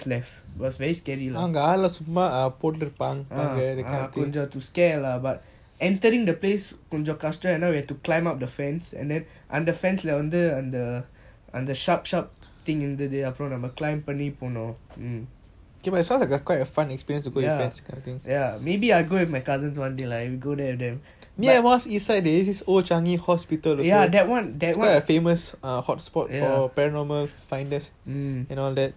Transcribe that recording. it was very scary lah ah ah கொஞ்சம்:konjam to scare lah but entering the place கொஞ்சம் கஷ்டம்:konjam kastam we have to climb up the fence and then அந்த:antha fence லவந்து:lavanthu the and the sharp sharp thing அப்புறம்:apram climb பண்ணி போனும்:panni ponum